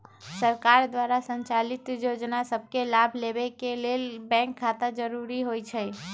सरकार द्वारा संचालित जोजना सभके लाभ लेबेके के लेल बैंक खता जरूरी होइ छइ